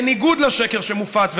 בניגוד לשקר שמופץ,